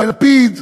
מלפיד,